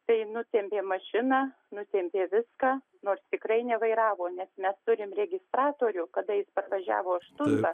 tai nutempė mašiną nutempė viską nors tikrai nevairavo nes mes turim registratorių kada jis pervažiavo aštuntą